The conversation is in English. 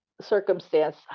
circumstance